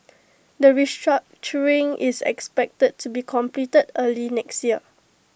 the restructuring is expected to be completed early next year